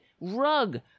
rug